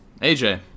AJ